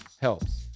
helps